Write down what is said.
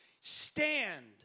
stand